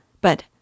But